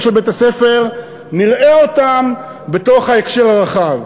כשאנחנו נסתכל על ההישגים של בית-הספר נראה אותם בתוך ההקשר הרחב.